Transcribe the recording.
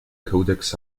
codex